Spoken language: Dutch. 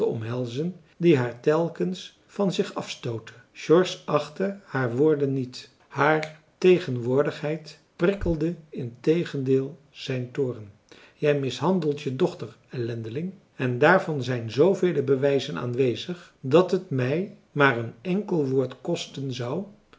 omhelzen die haar telkens van zich afstootte george achtte haar woorden niet haar tegenwoordigheid prikkelde integendeel zijn toorn jij mishandelt je dochter ellendeling en daarvan zijn zoovele bewijzen aanwezig dat het mij maar een enkel woord kosten zou